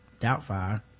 doubtfire